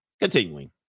Continuing